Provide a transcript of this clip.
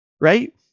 Right